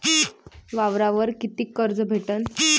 वावरावर कितीक कर्ज भेटन?